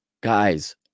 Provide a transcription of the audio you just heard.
Guys